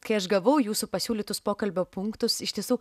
kai aš gavau jūsų pasiūlytus pokalbio punktus iš tiesų